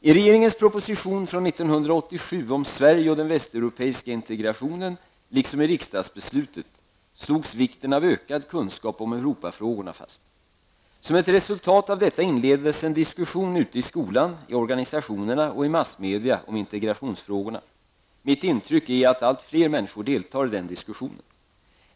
I regeringens proposition från 1987 om Sverige och den västeuropeiska integrationen, liksom i riksdagsbeslutet, slogs vikten av ökad kunskap om Europafrågorna fast. Som ett resultat av detta inleddes en diskussion ute i skolan, i organisationerna och i massmedia om integrationsfrågorna. Mitt intryck är att allt fler människor deltar i denna diskussion.